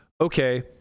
okay